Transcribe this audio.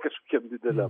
kažkiek dideliam